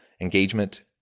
engagement